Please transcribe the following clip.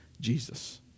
Jesus